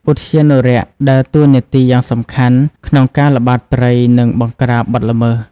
ឧទ្យានុរក្សដើរតួនាទីយ៉ាងសំខាន់ក្នុងការល្បាតព្រៃ និងបង្ក្រាបបទល្មើស។